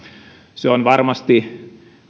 se on varmasti